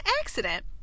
accident